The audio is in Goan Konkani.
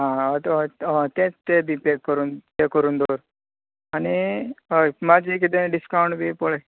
आं आं हय हय तेच ते करून ते दी करून दवर आनी हय मातशे कितें डीसक्वाट भी पळय